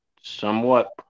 somewhat